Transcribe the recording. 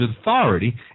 authority